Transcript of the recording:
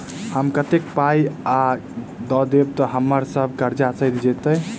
हम कतेक पाई आ दऽ देब तऽ हम्मर सब कर्जा सैध जाइत?